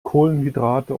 kohlenhydrate